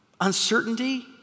uncertainty